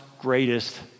greatest